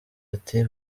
ati